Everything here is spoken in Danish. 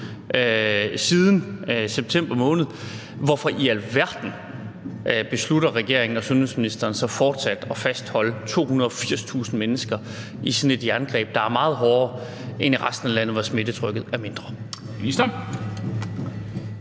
siden september måned – hvorfor i alverden beslutter regeringen og sundhedsministeren så fortsat at fastholde 280.000 mennesker i sådan et jerngreb, der er meget hårdere end i resten af landet, hvor smittetrykket er større? Kl.